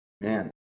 Man